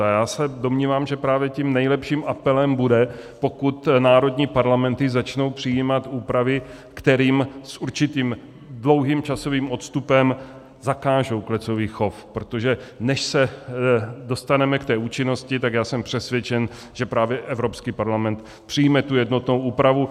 A já se domnívám, že právě tím nejlepším apelem bude, pokud národní parlamenty začnou přijímat úpravy, kterými s určitým časovým odstupem zakážou klecový chov, protože než se dostaneme k té účinnosti, tak jsem přesvědčen, že právě Evropský parlament přijme tu jednotnou úpravu.